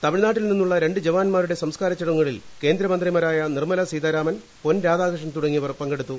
തമിഴ്നാട്ടിൽ നിന്നുള്ള രണ്ട് ജവാന്മാരുടെ സംസ്കാര ചടങ്ങുകളിൽ കേന്ദ്ര മന്ത്രിമാരായ നിർമ്മലാ സീതാരാമൻ പൊൻ രാധാകൃഷണൻ തുടങ്ങിയവർ പങ്കെടുത്തു